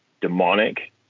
demonic